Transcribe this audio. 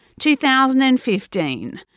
2015